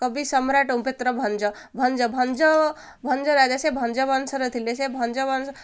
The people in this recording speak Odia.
କବି ସମ୍ରାଟ ଉପେନ୍ଦ୍ରଭଞ୍ଜ ଭଞ୍ଜ ଭଞ୍ଜ ଭଞ୍ଜ ରାଜା ସେ ଭଞ୍ଜ ବଂଶରେ ଥିଲେ ସେ ଭଞ୍ଜ ବଂଶ